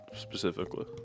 Specifically